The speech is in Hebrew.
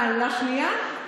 מה, לשנייה?